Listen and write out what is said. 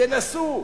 תנסו,